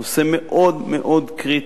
נושא מאוד מאוד קריטי,